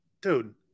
Dude